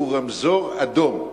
והוא רמזור אדום.